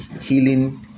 healing